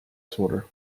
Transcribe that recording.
swatter